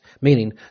meaning